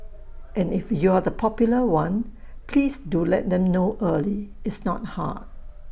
and if you're the popular one please do let them know early it's not hard